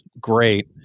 great